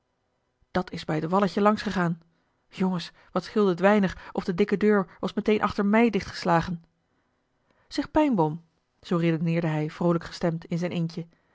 dat is bij het walletje langs gegaan jongens wat scheelde het weinig of de dikke deur was meteen achter mij dichtgeslagen zeg pijnboom zoo redeneerde hij vroolijk gestemd in zijn eentje